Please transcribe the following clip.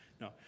no